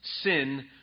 sin